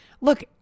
Look